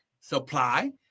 Supply